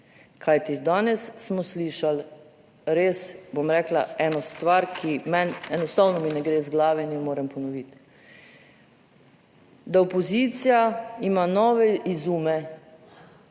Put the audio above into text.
Kajti danes smo slišali res, bom rekla eno stvar, ki enostavno mi ne gre iz glave in jo moram ponoviti, da opozicija ima nove izume,